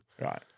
Right